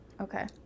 okay